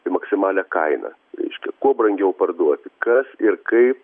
į maksimalią kainą reiškia kuo brangiau parduoti kas ir kaip